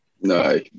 No